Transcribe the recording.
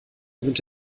sind